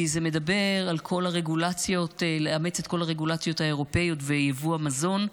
כי זה מדבר על לאמץ את כל הרגולציות האירופיות ביבוא המזון.